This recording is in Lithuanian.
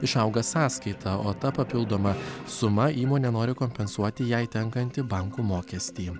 išauga sąskaita o ta papildoma suma įmonė nori kompensuoti jai tenkantį bankų mokestį